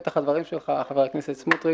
לפתח הדברים שלך, חבר הכנסת סמוטריץ,